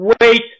wait